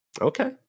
Okay